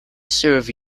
serve